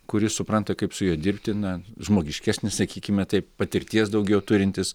kuris supranta kaip su juo dirbti na žmogiškesnis sakykime taip patirties daugiau turintis